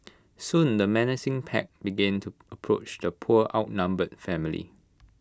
soon the menacing pack began to approach the poor outnumbered family